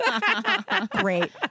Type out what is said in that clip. Great